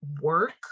work